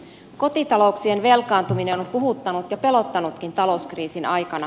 kotitalouksien velkaantuminen on puhuttanut ja pelottanutkin talouskriisin aikana